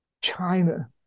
China